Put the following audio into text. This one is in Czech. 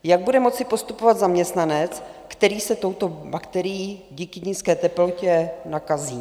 Jak bude moci postupovat zaměstnanec, který se touto bakterií díky nízké teplotě nakazí?